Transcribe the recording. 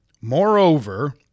Moreover